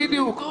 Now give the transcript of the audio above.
בדיוק.